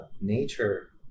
nature